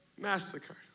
massacre